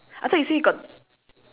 very strange eh